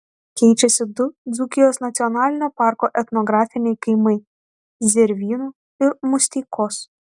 keičiasi du dzūkijos nacionalinio parko etnografiniai kaimai zervynų ir musteikos